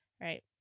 right